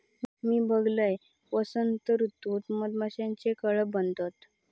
मी बघलंय, वसंत ऋतूत मधमाशीचे कळप बनतत